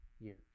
years